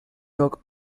york